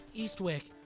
Eastwick